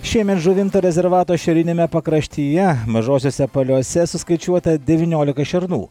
šiemet žuvinto rezervato šiauriniame pakraštyje mažosiose paliuose suskaičiuota devyniolika šernų